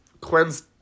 Quinn's